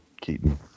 Keaton